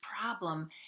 problem